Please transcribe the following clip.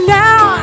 now